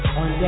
on